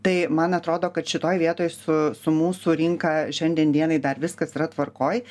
tai man atrodo kad šitoj vietoj su su mūsų rinka šiandien dienai dar viskas yra tvarkoj